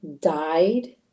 died